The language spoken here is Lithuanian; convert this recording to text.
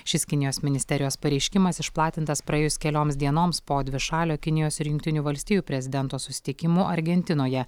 šis kinijos ministerijos pareiškimas išplatintas praėjus kelioms dienoms po dvišalio kinijos ir jungtinių valstijų prezidento susitikimo argentinoje